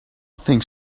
think